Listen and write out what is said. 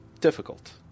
Difficult